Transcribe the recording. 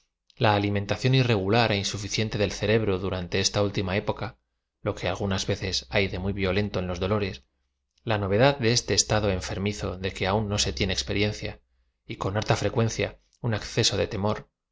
la alimentacíód irregular é ídsuflcíente del cerebro duraute esta últíma época lo que algunas veces hay de muy violento en los dolores la novedad de este estado enfermizo de que aún no se tieoo experiencia y con harta fre cuencia un acceso de tem